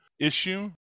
issue